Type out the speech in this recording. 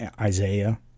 isaiah